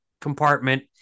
compartment